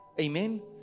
Amen